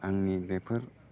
आंनि बेफोर